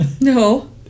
no